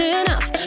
enough